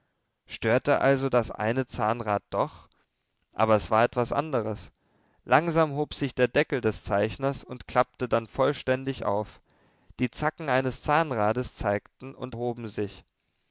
störte also das eine zahnrad doch aber es war etwas anderes langsam hob sich der deckel des zeichners und klappte dann vollständig auf die zacken eines zahnrades zeigten und hoben sich